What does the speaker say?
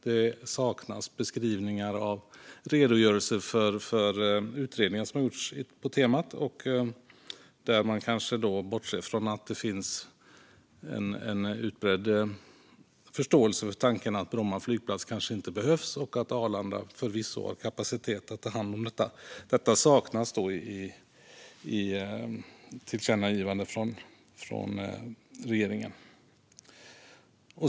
Det saknas beskrivningar av och redogörelser för utredningar som har gjorts på temat, och man bortser kanske från att det finns en utbredd förståelse för tanken att Bromma flygplats kanske inte behövs och att Arlanda har kapacitet att ta hand om det. Detta saknas i tillkännagivandet från regeringen.